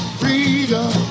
freedom